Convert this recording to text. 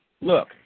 Look